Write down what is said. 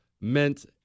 meant